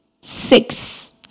six